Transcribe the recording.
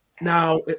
now